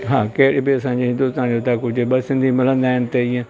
हा कहिड़े बि असांजे हिंदुस्तान हितां कुझु ॿ सिंधी मिलंदा आहिनि त ईअं